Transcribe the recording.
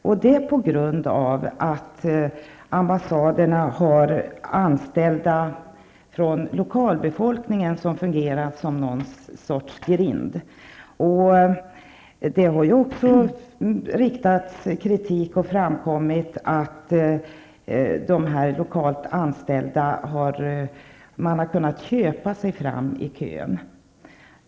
Det skulle vara på grund av att ambassaderna har anställt personal från den lokala befolkningen som har fungerat som något slags grind. Det har också framkommit kritik när det gäller att de lokalt anställda har låtit folk köpa sig fram i kön.